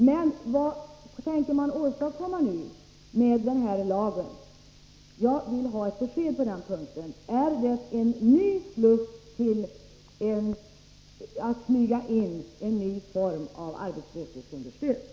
Vad tänker ni nu åstadkomma med denna lag? Jag vill ha ett besked på den punkten. Är detta en sluss för att smyga in en ny form av arbetslöshetsunderstöd?